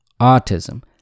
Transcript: autism